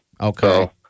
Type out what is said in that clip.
Okay